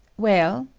well.